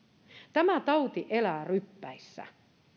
tämä tauti elää ryppäissä